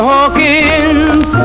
Hawkins